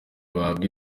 bahabwa